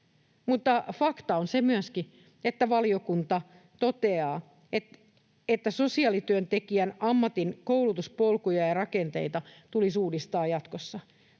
fakta on myöskin se, että valiokunta toteaa, että sosiaalityöntekijän ammatin koulutuspolkuja ja ‑rakenteita tulisi uudistaa jatkossa.